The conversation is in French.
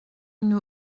une